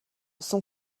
son